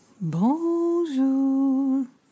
Bonjour